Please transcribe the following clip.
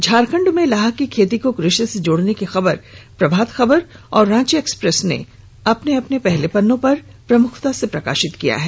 झारखं डमें लाह की खेती को कृषि से जोड़ने की खबर को प्रभात खबर और रांची एक्सप्रेस ने पहले पन्ने पर प्रमुखता से प्रकाशित किया है